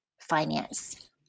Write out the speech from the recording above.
finance